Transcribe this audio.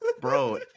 Bro